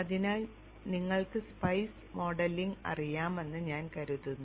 അതിനാൽ നിങ്ങൾക്ക് spice modelling അറിയാമെന്ന് ഞാൻ കരുതുന്നു